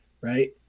right